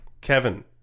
Kevin